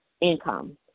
income